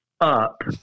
up